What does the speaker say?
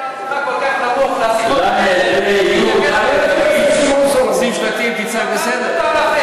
דעתך כל כך נמוך, שים שלטים, תצעק, בסדר.